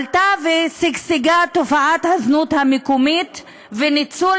עלתה ושגשגה תופעת הזנות המקומית וניצול